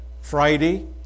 Friday